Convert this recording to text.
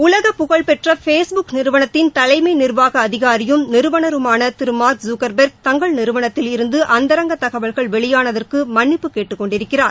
உலக புகழ்ப்பெற்ற Facebook நிறுவனத்தின் தலைமை நிர்வாக அதிகாரியும் நிறுவனருமான திரு மார்க் ஜூக்கர்பெர்க் தங்கள் நிறுவனத்தில் இருந்து அந்தரங்க தகவல்கள் வெளியானதற்கு மன்னிப்பு கேட்டுக் கொண்டிருக்கிறார்